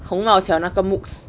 宏茂桥那个 mooks